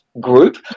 group